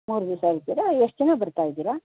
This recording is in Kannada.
ಮೂರು ದಿವಸ ಇರ್ತೀರಾ ಎಷ್ಟು ಜನ ಬರ್ತಾ ಇದೀರಾ